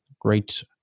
great